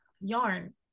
yarn